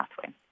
pathway